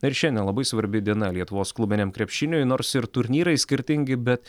na ir šiandien labai svarbi diena lietuvos klubiniam krepšiniui nors ir turnyrai skirtingi bet